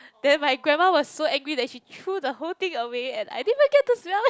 then my grandma was so angry that she threw the whole thing away and I didn't even get to smell it